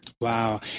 Wow